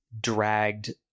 dragged